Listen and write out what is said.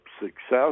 success